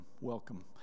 welcome